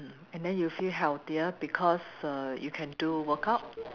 mm and then you'll feel healthier because err you can do workout